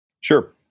Sure